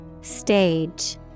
Stage